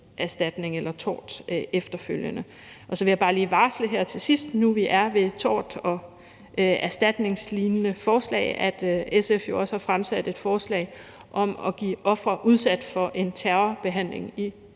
erstatning eller tort efterfølgende. Så vil jeg bare lige varsle her til sidst, nu vi er ved tort- og erstatningslignende forslag, at SF jo også har fremsat et forslag om at give ofre udsat for en terrorhandling